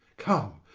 come,